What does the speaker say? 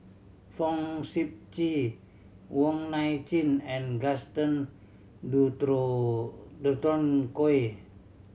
Fong Sip Chee Wong Nai Chin and Gaston Dutronquoy